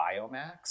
biomax